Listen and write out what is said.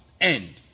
End